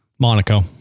Monaco